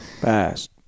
Fast